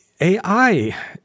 AI